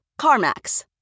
CarMax